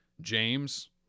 James